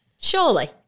Surely